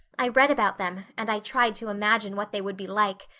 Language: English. i read about them and i tried to imagine what they would be like.